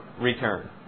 return